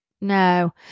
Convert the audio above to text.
No